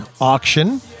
auction